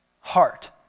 heart